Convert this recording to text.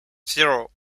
zero